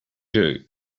you